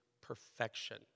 perfection